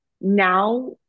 Now